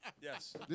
Yes